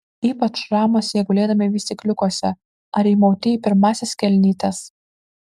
ypač ramūs jie gulėdami vystykliukuose ar įmauti į pirmąsias kelnytes